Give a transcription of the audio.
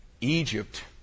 Egypt